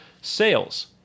Sales